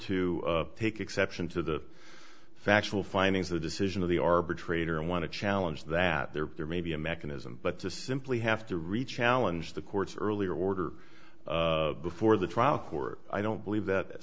to take exception to the factual findings the decision of the arbitrator and want to challenge that there there may be a mechanism but to simply have to reach challenge the court's earlier order before the trial court i don't believe that